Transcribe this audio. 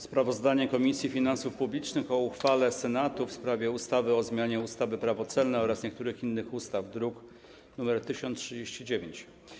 Sprawozdanie Komisji Finansów Publicznych o uchwale Senatu w sprawie ustawy o zmianie ustawy - Prawo celne oraz niektórych innych ustaw, druk nr 1039.